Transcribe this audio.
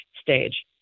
stage